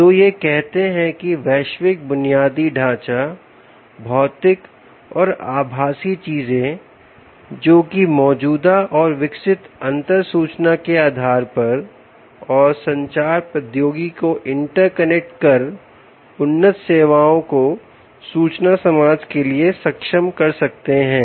तो यह कहते हैं कि वैश्विक बुनियादी ढांचा भौतिक और आभासी चीजों जोकि मौजूदा और विकसित अंतर सूचना के आधार पर और संचार प्रौद्योगिकी को इंटर कनेक्ट कर उन्नत सेवाओं को सूचना समाज के लिए सक्षम कर सकते हैं